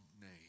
name